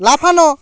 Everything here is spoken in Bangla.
লাফানো